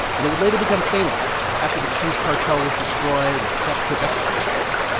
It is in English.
and it would later become famous after the cheese cartel was destroyed and sepp could export again.